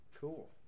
Cool